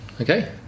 okay